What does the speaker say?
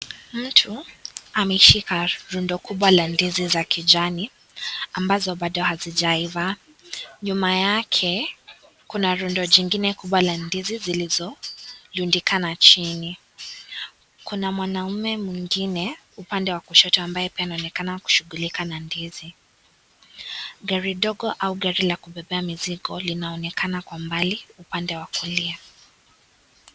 Mtu ameshika rundo kubwa la ndizi za kijani ambazo bado hazijaiva. Nyuma yake kuna rundo jingine kubwa la ndizi zilizoyundikana chini. Kuna mwanaume mwingine, upande wa kushoto, ambaye pia anaonekana kushughulika na ndizi. Gari dogo au gari la kubebea mizigo linaonekana kwa umbali, upande wa kulia.